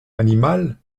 animal